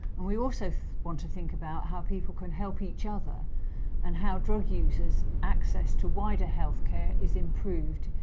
and we also want to think about how people can help each other and how drug users' access to wider healthcare is improved,